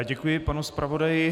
Děkuji panu zpravodaji.